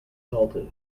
salted